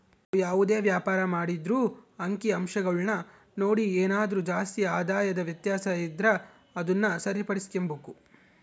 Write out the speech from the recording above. ನಾವು ಯಾವುದೇ ವ್ಯಾಪಾರ ಮಾಡಿದ್ರೂ ಅಂಕಿಅಂಶಗುಳ್ನ ನೋಡಿ ಏನಾದರು ಜಾಸ್ತಿ ಆದಾಯದ ವ್ಯತ್ಯಾಸ ಇದ್ರ ಅದುನ್ನ ಸರಿಪಡಿಸ್ಕೆಂಬಕು